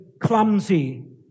clumsy